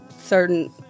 certain